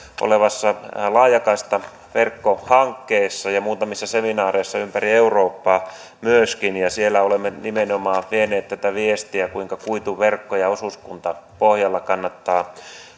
olevassa laajakaistaverkkohankkeessa ja myöskin muutamissa seminaareissa ympäri eurooppaa siellä olemme nimenomaan vieneet tätä viestiä kuinka kuituverkkoja osuuskuntapohjalta kannattaa